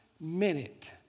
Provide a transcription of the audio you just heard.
minute